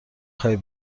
خواهی